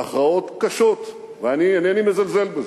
הכרעות קשות, ואני איני מזלזל בזה.